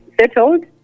settled